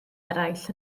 eraill